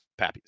Pappies